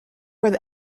where